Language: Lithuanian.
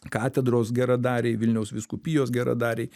katedros geradariai vilniaus vyskupijos geradariai